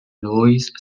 noise